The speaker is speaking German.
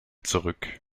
zurück